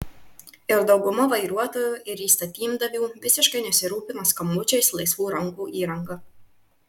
ir dauguma vairuotojų ir įstatymdavių visiškai nesirūpina skambučiais laisvų rankų įranga